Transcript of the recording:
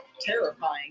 terrifying